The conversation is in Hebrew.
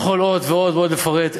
אני יכול עוד ועוד לפרט.